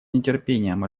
нетерпением